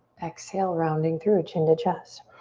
exhale, rounding through, to and chest.